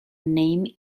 name